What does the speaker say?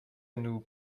nous